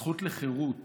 הזכות לחירות,